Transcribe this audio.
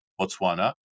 Botswana